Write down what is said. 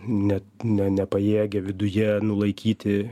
net ne nepajėgia viduje nulaikyti